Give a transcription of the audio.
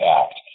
act